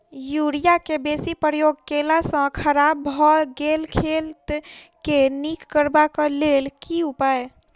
Urea केँ बेसी प्रयोग केला सऽ खराब भऽ गेल खेत केँ नीक करबाक लेल की उपाय?